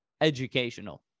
educational